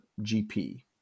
GP